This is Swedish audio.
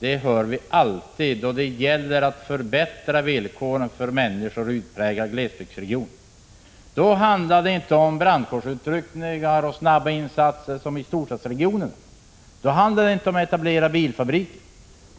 hör vi alltid. Men det gäller ju att förbättra villkoren för människor i utpräglade glesbygdsregioner. Då handlar det för socialdemokraterna inte om brandkårsutryckningar, om snabba insatser som i storstadsregioner. Då handlar det inte om att etablera bilfabriker.